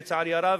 לצערי הרב,